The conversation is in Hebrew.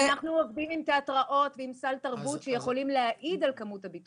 עובדים עם תיאטראות ועם סל תרבות שיכולים להעיד על כמות הביטולים.